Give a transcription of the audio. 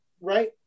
right